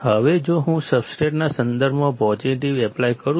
હવે જો હું સબસ્ટ્રેટના સંદર્ભમાં પોઝિટિવ એપ્લાય કરું છું